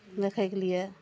देखयके लिए